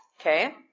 Okay